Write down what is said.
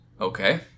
Okay